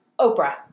Oprah